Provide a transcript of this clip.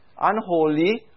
unholy